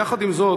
יחד עם זאת,